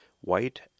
white